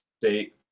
state